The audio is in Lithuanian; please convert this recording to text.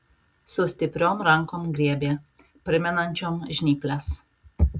su stipriom rankom griebė primenančiom žnyples